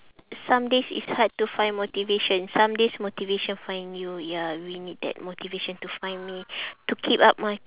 some days it's hard to find motivation some days motivation find you ya we need that motivation to find me to keep up my